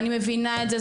אני מבינה את זה,